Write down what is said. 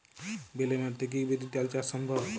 বেলে মাটিতে কি বিরির ডাল চাষ সম্ভব?